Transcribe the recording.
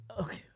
Okay